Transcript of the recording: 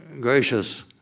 gracious